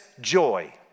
joy